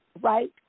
right